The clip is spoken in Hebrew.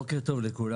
בוקר טוב לכולם.